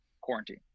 quarantine